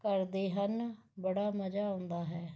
ਕਰਦੇ ਹਨ ਬੜਾ ਮਜ਼ਾ ਆਉਂਦਾ ਹੈ